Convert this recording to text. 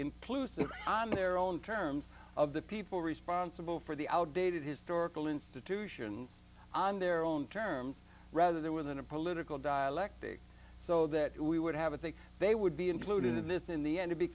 inclusive on their own terms of the people responsible for the outdated historical institutions on their own terms rather their within a political dialectic so that we would have a thing they would be included in this in the end to be